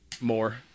more